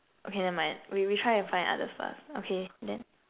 okay never mind we we try and find others first okay then